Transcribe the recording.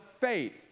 faith